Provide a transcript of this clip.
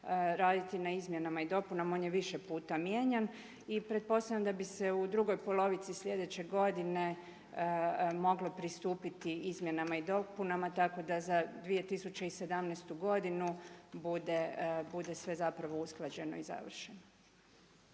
raditi na izmjenama i dopunama, on je više puta mijenjan i pretpostavljam da bi se u drugoj polovici slijedeće godine moglo pristupiti izmjenama i dopunama tako da za 2017. godinu bude sve zapravo usklađeno i završeno.